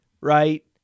Right